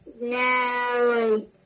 No